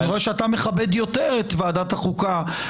אני רואה שאתה מכבד יותר את ועדת החוקה